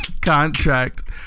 contract